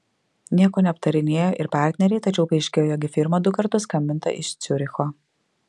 nieko neaptarinėjo ir partneriai tačiau paaiškėjo jog į firmą du kartus skambinta iš ciuricho